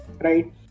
right